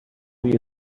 you